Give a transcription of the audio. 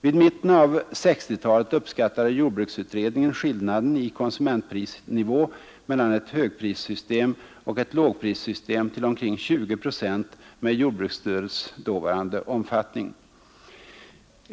Vid mitten av 1960-talet uppskattade jordbruksutredningen skillnaden i konsumentprisnivå mellan ett högprissystem och ett lågprissystem till omkring 20 procent med jordbruksstödets dåvarande omfattning.